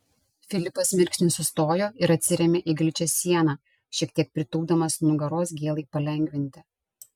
filipas mirksnį sustojo ir atsirėmė į gličią sieną šiek tiek pritūpdamas nugaros gėlai palengvinti